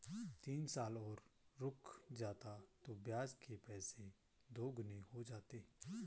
तीन साल और रुक जाता तो ब्याज के पैसे दोगुने हो जाते